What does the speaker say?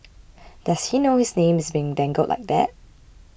does he know his name is being dangled like that